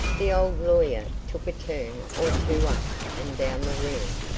the old lawyer took a turn or two up and down the room,